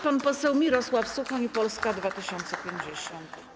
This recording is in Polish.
Pan poseł Mirosław Suchoń, Polska 2050.